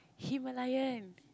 Himalayan